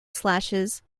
slashes